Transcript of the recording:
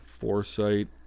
foresight